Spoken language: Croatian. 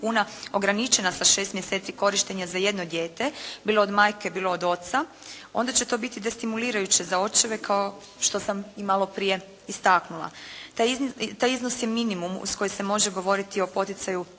kuna ograničena sa 6 mjeseci korištenja za jedno dijete bilo od majke bilo od oca onda će to biti destimulirajuće za očeve kao što sam i malo prije istaknula. Taj iznos je minimum uz koji se može govoriti o poticaju